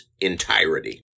entirety